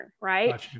right